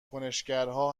کنشگرها